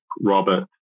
Robert